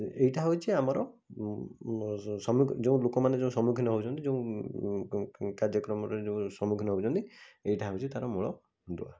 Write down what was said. ଏଇଟା ହେଉଛି ଆମର ସମୁଖ ଯେଉଁ ଲୋକମାନେ ଯେଉଁ ସମ୍ମୁଖୀନ ହେଉଛନ୍ତି ଯେଉଁ କାର୍ଯ୍ୟକ୍ରମରେ ଯେଉଁ ସମ୍ମୁଖୀନ ହେଉଛନ୍ତି ଏଇଟା ହେଉଛି ତା'ର ମୂଳଦୁଆ